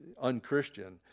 un-Christian